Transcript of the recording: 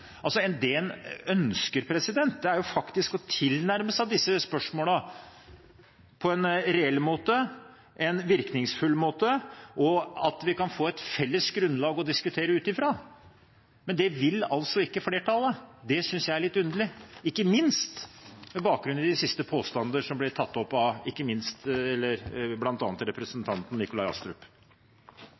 altså ikke flertallet. Det synes jeg er litt underlig, ikke minst med bakgrunn i de siste påstander som ble tatt opp, bl.a. av representanten Nikolai Astrup.